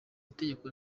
itegeko